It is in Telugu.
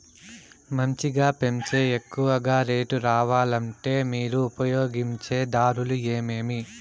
మంచిగా పెంచే ఎక్కువగా రేటు రావాలంటే మీరు ఉపయోగించే దారులు ఎమిమీ?